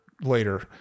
later